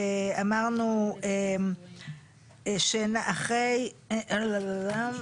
אז אם זה,